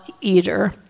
Eater